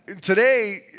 today